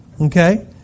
Okay